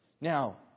Now